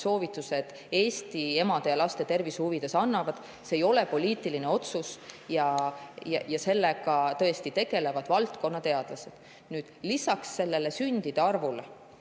soovitused Eesti emade ja laste tervise huvides annavad. See ei ole poliitiline otsus ja sellega tegelevad valdkonna teadlased. Lisaks sündide arvule